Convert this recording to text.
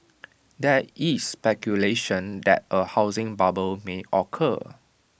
there is speculation that A housing bubble may occur